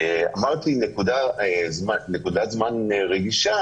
אמרתי "נקודת זמן רגישה",